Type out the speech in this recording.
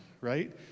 right